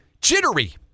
jittery